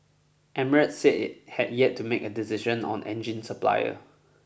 Emirates said it had yet to make a decision on engine supplier